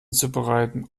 zubereiten